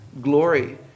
glory